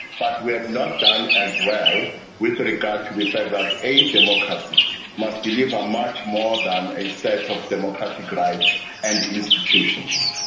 but we have not done as well with regard to the fact that a democracy must deliver much more than a set of democratic rights and institutions.